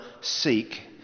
seek